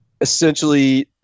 essentially –